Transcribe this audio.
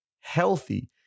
healthy